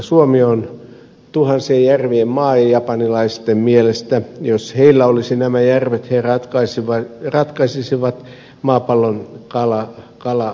suomi on tuhansien järvien maa ja japanilaiset ovat sitä mieltä että jos heillä olisivat nämä järvet he ratkaisisivat maapallon kalaongelmat